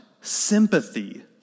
sympathy